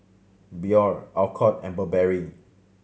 Biore Alcott and Burberry